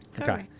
Okay